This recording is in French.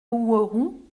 houerou